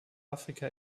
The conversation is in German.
afrika